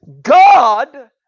God